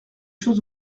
choses